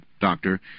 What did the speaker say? doctor